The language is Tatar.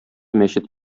мәчет